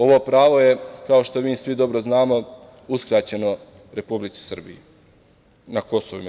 Ovo pravo je, kao što mi svi dobro znamo, uskraćeno Republici Srbiji na KiM.